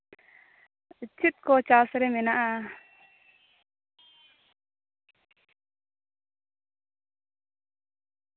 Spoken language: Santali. ᱪᱮᱫ ᱠᱚ ᱪᱟᱥ ᱨᱮ ᱢᱮᱱᱟᱜᱼᱟ